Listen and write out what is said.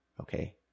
okay